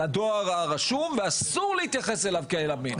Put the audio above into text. הדואר הרשום בכלל לא אמין ואסור להתייחס אליו כאילו הוא אמין.